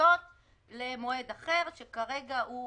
בחצות למועד אחר שכרגע הוא